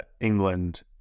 England